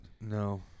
no